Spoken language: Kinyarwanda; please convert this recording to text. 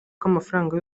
k’amafaranga